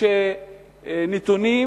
שנתונים